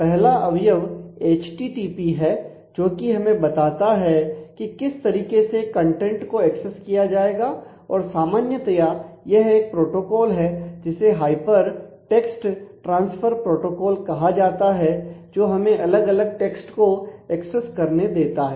पहला अवयव एचटीटीपी कहा जाता है जो हमें अलग अलग टेक्स्ट को एक्सेस करने देता है